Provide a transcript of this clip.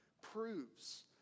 proves